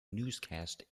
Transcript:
newscast